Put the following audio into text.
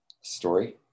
story